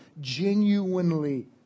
genuinely